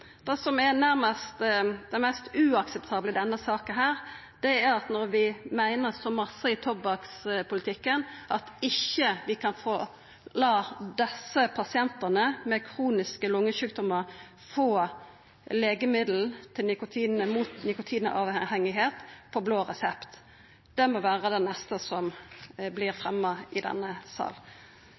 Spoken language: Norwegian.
Det som er nærast det mest uakseptable i denne saka når vi meiner så mykje i tobakkspolitikken, er at vi ikkje kan lata desse pasientane med kroniske lungesjukdomar få legemiddel mot nikotinavhengigheit på blå resept. Det får vera det neste som vert fremja i denne